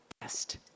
best